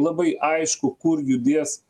labai aišku kur judės